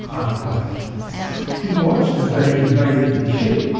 and he watched as they invaded his ship,